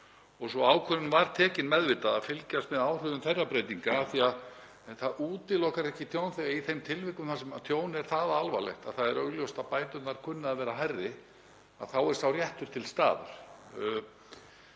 og sú ákvörðun var tekin meðvitað að fylgjast með áhrifum þeirra breytinga en það útilokar ekki tjónþola. Í þeim tilvikum þar sem tjón er það alvarlegt að það er augljóst að bæturnar kunni að vera hærri þá er sá réttur til staðar.